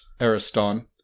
Ariston